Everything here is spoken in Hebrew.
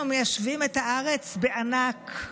אנחנו מיישבים את הארץ בענק.